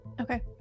Okay